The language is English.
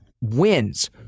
wins